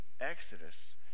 exodus